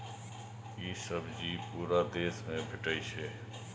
ई सब्जी पूरा देश मे भेटै छै